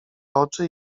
oczy